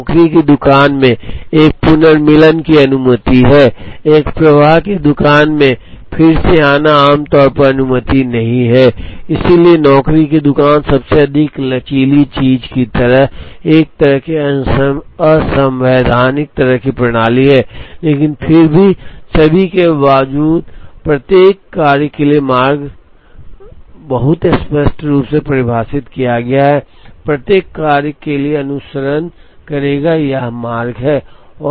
तो एक नौकरी की दुकान में एक पुनर्मिलन की भी अनुमति है एक प्रवाह की दुकान में फिर से आना आम तौर पर अनुमति नहीं है इसलिए नौकरी की दुकान सबसे अधिक लचीली चीज है एक तरह की एक असंवैधानिक तरह की प्रणाली है लेकिन फिर भी सभी के बावजूद प्रत्येक कार्य के लिए मार्ग बहुत स्पष्ट रूप से परिभाषित किया गया है और प्रत्येक कार्य का अनुसरण करेगा यह मार्ग है